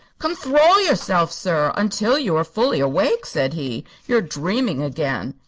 conthrol yourself, sir, until you are fully awake, said he. you're dreaming again.